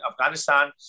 Afghanistan